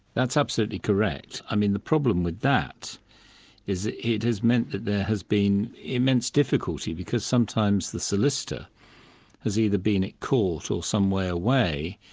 that's absolutely correct. i mean the problem with that is that it has meant that there has been immense difficulty, because sometimes the solicitor has either been at court or somewhere away,